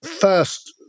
first